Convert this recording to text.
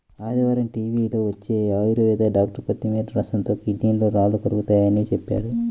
ఆదివారం టీవీలో వచ్చే ఆయుర్వేదం డాక్టర్ కొత్తిమీర రసంతో కిడ్నీలో రాళ్లు కరుగతాయని చెప్పాడు